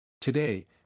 Today